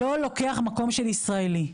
לא לוקח מקום של ישראלי,